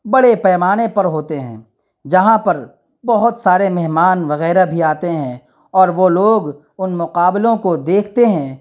بڑے پیمانے پر ہوتے ہیں جہاں پر بہت سارے مہمان وغیرہ بھی آتے ہیں اور وہ لوگ ان مقابلوں کو دیکھتے ہیں